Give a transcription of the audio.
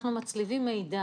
אנחנו מצליבים מידע,